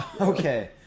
Okay